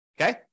Okay